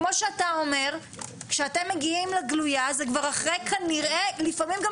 כמו שאתה אומר כשאתם מגיעים לגלויה זה כבר אחרי כנראה לפעמים גם